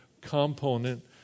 component